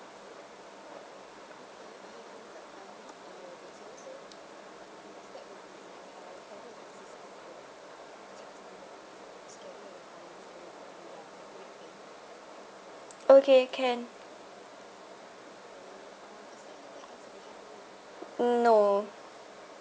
okay can um no